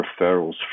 referrals